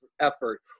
effort